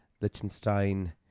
Liechtenstein